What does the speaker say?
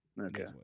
okay